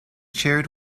chaired